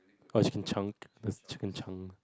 what is chicken chunk that's a chicken chunk